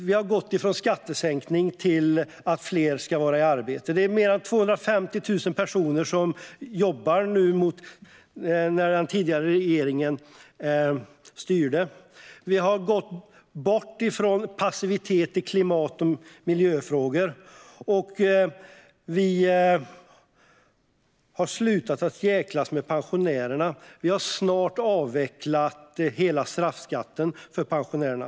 Vi har gått från skattesänkningar till att fler ska vara i arbete. Det är mer än 250 000 personer fler som jobbar nu än när den tidigare regeringen styrde. Vi har gått ifrån passivitet i klimat och miljöfrågor, och vi har slutat att jäklas med pensionärerna. Vi har snart avvecklat hela straffskatten för pensionärerna.